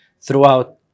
throughout